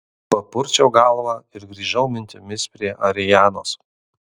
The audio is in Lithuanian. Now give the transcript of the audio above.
papurčiau galvą ir grįžau mintimis prie arianos